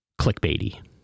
clickbaity